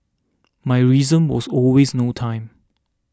my reason was always no time